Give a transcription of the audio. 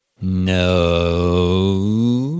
No